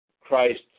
Christ